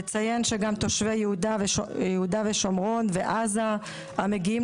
לציין שגם תושבי יהודה ושומרון ועזה המגיעים